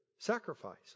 Sacrifice